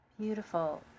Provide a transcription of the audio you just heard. beautiful